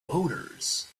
voters